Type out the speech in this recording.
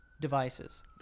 devices